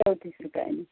चौतीस रुपयांनी